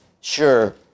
sure